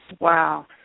Wow